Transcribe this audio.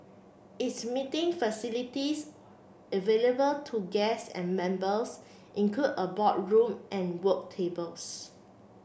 its meeting facilities available to guests and members include a boardroom and work tables